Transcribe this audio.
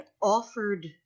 offered